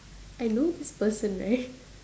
I know this person right